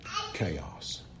Chaos